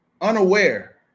unaware